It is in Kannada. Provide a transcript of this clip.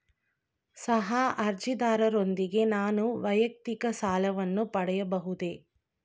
ಸಹ ಅರ್ಜಿದಾರರೊಂದಿಗೆ ನಾನು ವೈಯಕ್ತಿಕ ಸಾಲವನ್ನು ಪಡೆಯಬಹುದೇ?